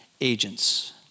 agents